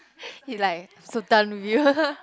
he like so done with you